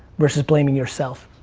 versus blaming yourself.